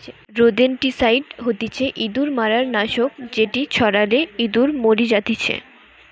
rodenticide হতিছে ইঁদুর মারার নাশক যেটি ছড়ালে ইঁদুর মরি জাতিচে